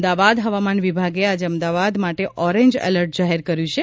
અમદાવાદ હવામાન વિભાગે આજે અમદાવાદ માટે ઓરેન્જ એલર્ટ જાહેર કર્યું છે